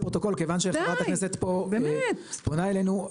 אני רק רוצה להגיד לפרוטוקול כיוון שחברת הכנסת פה פונה אלינו.